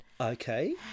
Okay